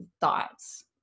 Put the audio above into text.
thoughts